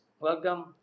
welcome